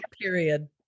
Period